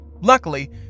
Luckily